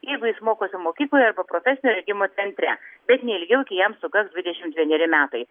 jeigu jis mokosi mokykloje arba profesinio rengimo centre bet neilgiau iki jam sukaks dvidešim vieneri metai